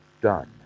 done